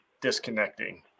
disconnecting